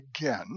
again